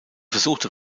versuchte